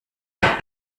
außer